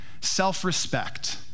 self-respect